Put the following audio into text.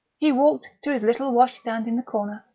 he walked to his little washstand in the corner,